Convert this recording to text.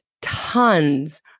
tons